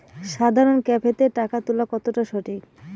সাধারণ ক্যাফেতে টাকা তুলা কতটা সঠিক?